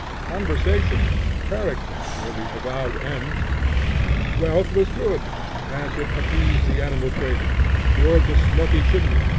conversation, character, were the avowed ends wealth was good as it appeased the animal cravings, cured the smoky chimney,